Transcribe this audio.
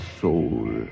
soul